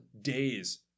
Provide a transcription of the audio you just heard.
days